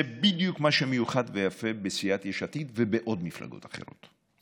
זה בדיוק מה שמיוחד ויפה בסיעת יש עתיד ובעוד מפלגות אחרות,